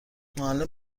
معلم